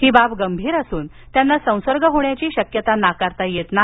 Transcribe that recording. ही बाब गंभीर असून त्यांना संसर्ग होण्याची शक्यता नाकारता येत नाही